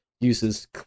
uses